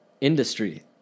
industry